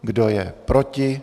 Kdo je proti?